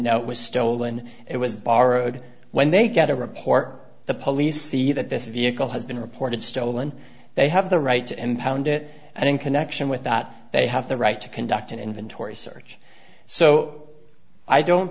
know it was stolen it was borrowed when they get a report the police see that this vehicle has been reported stolen they have the right to impound it and in connection with that they have the right to conduct an inventory search so i don't